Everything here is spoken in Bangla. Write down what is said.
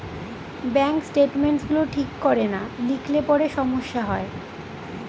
ব্যাঙ্ক স্টেটমেন্টস গুলো ঠিক করে না লিখলে পরে সমস্যা হয়